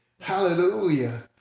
hallelujah